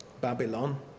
Babylon